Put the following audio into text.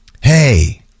Hey